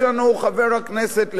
חבר הכנסת לוין,